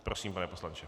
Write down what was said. Prosím, pane poslanče.